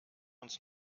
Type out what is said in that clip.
uns